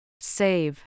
Save